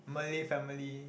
Malay family